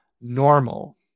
normal